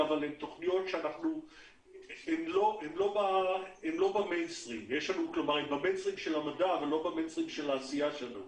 אבל הן תוכניות שהן לא במיינסטרים של העשייה שלנו.